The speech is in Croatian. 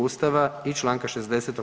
Ustava i čl. 60.